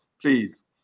please